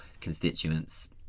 constituents